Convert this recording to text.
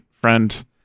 friend